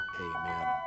Amen